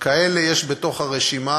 כאלה יש ברשימה,